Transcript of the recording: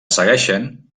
segueixen